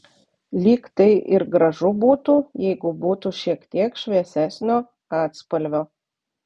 lyg tai ir gražu būtų jeigu būtų šiek tiek šviesesnio atspalvio